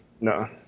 No